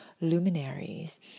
luminaries